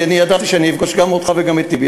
כי ידעתי שאני אפגוש גם אותך וגם את טיבי.